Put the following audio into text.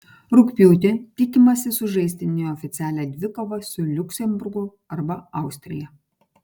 rugpjūtį tikimasi sužaisti neoficialią dvikovą su liuksemburgu arba austrija